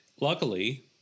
Luckily